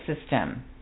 system